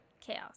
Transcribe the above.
chaos